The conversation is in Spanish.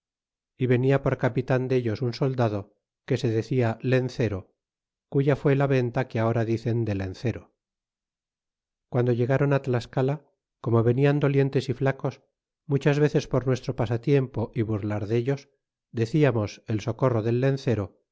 y venia por capitan dellos un soldado que se decia lencero cuya fué la venta que ahora dicen de lencero y guando llegron á tlascala como ven ian dolientes y flacos muchas veces por nuestro pasatiempo y burlar dellos deciamos el socorro del lencero